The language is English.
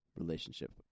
relationship